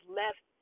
left